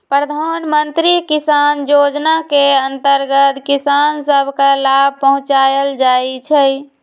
प्रधानमंत्री किसान जोजना के अंतर्गत किसान सभ के लाभ पहुंचाएल जाइ छइ